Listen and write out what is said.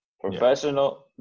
Professional